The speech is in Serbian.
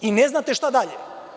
I ne znate šta dalje.